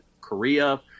Korea